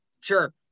sure